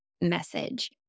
message